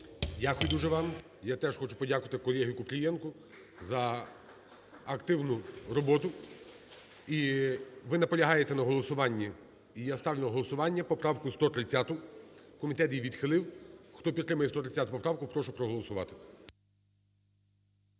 Дякую дуже вам. Я теж хочу подякувати колезіКупрієнку за активну роботу. І ви наполягаєте на голосуванні, і я ставлю на голосування поправку 130-у. Комітет її відхилив. Хто підтримує 130 поправку, прошу проголосувати.